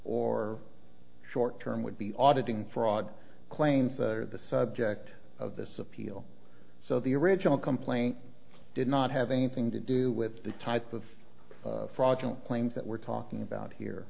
or short term would be auditing fraud claims that are the subject of this appeal so the original complaint did not have anything to do with the type of fraudulent claims that we're talking about here